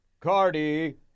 Cardi